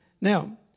Now